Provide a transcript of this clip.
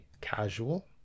casual